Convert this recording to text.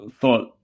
thought